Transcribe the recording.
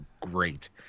great